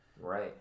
Right